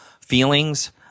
feelings